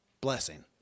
blessing